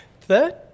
Third